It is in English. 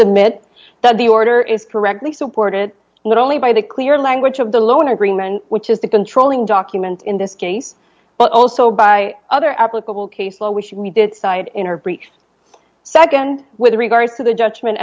submit that the order is correctly supported lit only by the clear language of the loan agreement which is the controlling document in this case but also by other applicable case law we should we did side in her breach nd with regards to the judgment